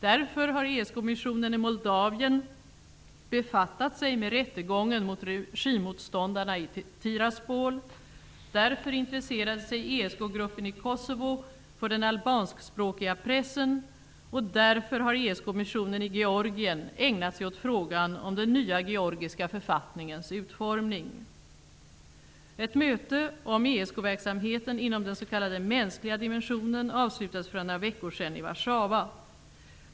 Därför har ESK-missionen i Moldavien befattat sig med rättegången mot regimmotståndare i Tiraspol, därför intresserade sig ESK-gruppen i Kosovo för den albanskspråkiga pressen och därför har ESK-missionen i Georgien ägnat sig åt frågan om den nya georgiska författningens utformning. mänskliga dimensionen avslutades för några veckor sedan i Warszawa.